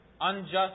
unjust